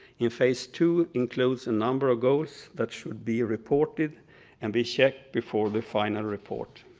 in phase two includes a number of goals that should be reported and be checked before the final report.